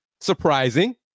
surprising